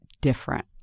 different